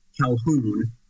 Calhoun